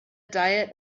diet